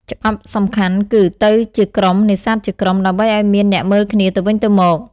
ច្បាប់សំខាន់ គឺ "ទៅជាក្រុម នេសាទជាក្រុម" ដើម្បីឱ្យមានអ្នកមើលគ្នាទៅវិញទៅមក។